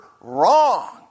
wrong